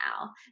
now